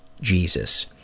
Jesus